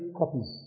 copies